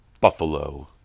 Buffalo